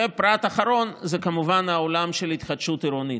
פרט אחרון זה כמובן העולם של התחדשות עירונית,